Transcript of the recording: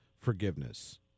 forgiveness